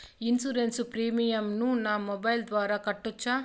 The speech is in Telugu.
ఇన్సూరెన్సు ప్రీమియం ను నా మొబైల్ ద్వారా కట్టొచ్చా?